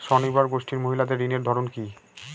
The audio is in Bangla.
স্বনির্ভর গোষ্ঠীর মহিলাদের ঋণের ধরন কি?